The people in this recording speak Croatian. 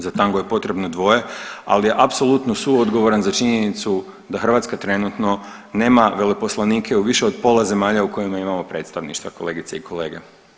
Za tango je potrebno dvoje, ali je apsolutno suodgovoran za činjenicu da Hrvatska trenutno nema veleposlanike u više od pola zemalja u kojima imamo predstavništva kolegice i kolege.